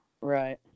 right